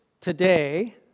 today